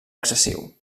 excessiu